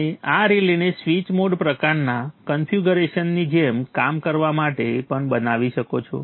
તમે આ રિલેને સ્વિચ મોડ પ્રકારના કન્ફિગરેશનની જેમ કામ કરવા માટે પણ બનાવી શકો છો